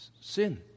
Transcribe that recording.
sin